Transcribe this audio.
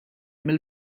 mill